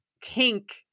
kink